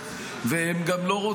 הם לא מבקשים לגייס ממנו הון,